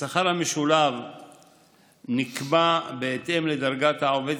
השכר המשולב נקבע בהתאם לדרגת העובד